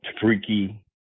freaky